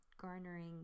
garnering